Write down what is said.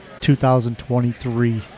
2023